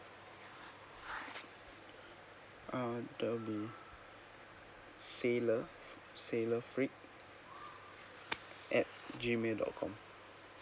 um that will be sailor sailor friq at G mail dot com